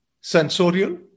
sensorial